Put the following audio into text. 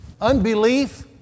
unbelief